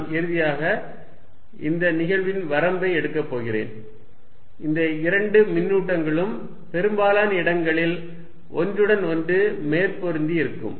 நான் இறுதியாக இந்த நிகழ்வின் வரம்பை எடுக்கப் போகிறேன் இந்த இரண்டு மின்னூட்டங்களும் பெரும்பாலான இடங்களில் ஒன்றுடன் ஒன்று மேற்பொருந்தி இருக்கும்